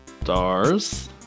Stars